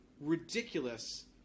ridiculous